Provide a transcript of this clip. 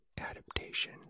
adaptation